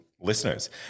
listeners